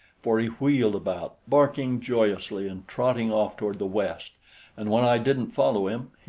for he wheeled about, barking joyously and trotted off toward the west and when i didn't follow him,